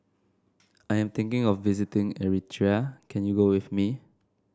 I am thinking of visiting Eritrea can you go with me